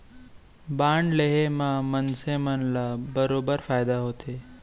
bond लेहे म मनसे मन ल बरोबर फायदा होथे